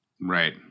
Right